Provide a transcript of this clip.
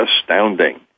astounding